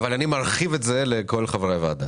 -- מרחיב את זה לכל חברי הוועדה.